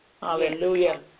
Hallelujah